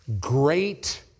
Great